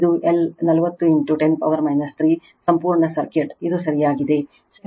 ಇದು L 40 10 power 3 ಸಂಪೂರ್ಣ circuit ಇದು ಸರಿಯಾಗಿದೆ ಸೆಕೆಂಡಿಗೆ 2